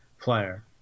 player